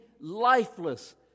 lifeless